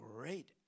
Great